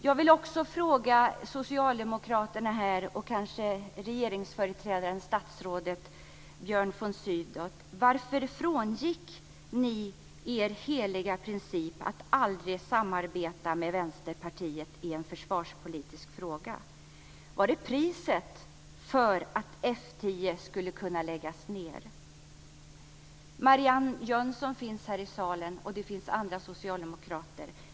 Jag vill också fråga socialdemokraterna här, och kanske regeringsföreträdaren, statsrådet Björn von Sydow: Varför frångick ni er heliga princip att aldrig samarbeta med Vänsterpartiet i en försvarspolitisk fråga? Var det priset för att F 10 skulle kunna läggas ned? Marianne Jönsson finns här i salen, och det finns också andra socialdemokrater här.